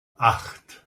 acht